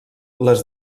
les